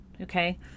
okay